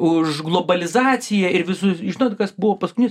už globalizaciją ir visus žinot kas buvo paskutinis